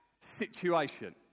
situation